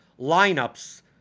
lineups